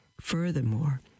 Furthermore